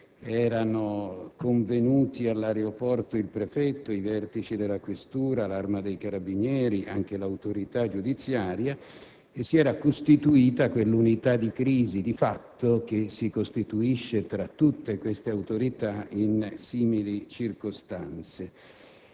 sono convenuti all'aeroporto il prefetto, i vertici della questura, l'Arma dei carabinieri e anche l'autorità giudiziaria. In sostanza, si è costituita quell'unità di crisi che, di fatto, si costituisce tra tutte queste autorità in simili circostanze.